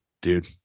dude